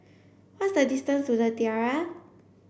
what's the distance to The Tiara